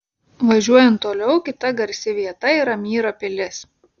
važiuojant toliau kita garsi vieta yra myro pilis